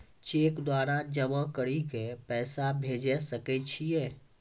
Cheque द्वारा जमा करि के पैसा भेजै सकय छियै?